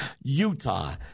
Utah